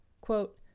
Quote